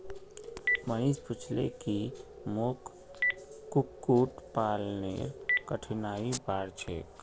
मनीष पूछले की मोक कुक्कुट पालनेर कठिनाइर बार छेक